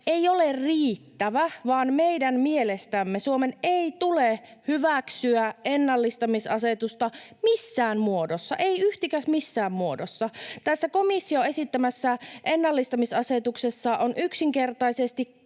ei ole riittävä, vaan meidän mielestämme Suomen ei tule hyväksyä ennallistamisasetusta missään muodossa, ei yhtikäs missään muodossa. Tässä komission esittämässä ennallistamisasetuksessa on yksinkertaisesti